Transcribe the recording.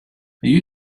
you